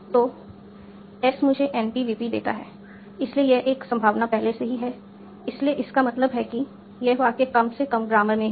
तो S मुझे NP VP देता है इसलिए यह एक संभावना पहले से ही है इसलिए इसका मतलब है कि यह वाक्य कम से कम ग्रामर में है